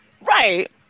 Right